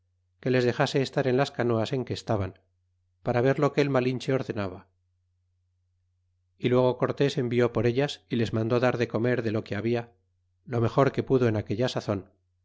que les dexase estar en las canoas en que estaban hasta ver lo que el malinche ordenaba y luego cortés envió por ellas y les mandó dar le comer de lo que habia le